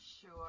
sure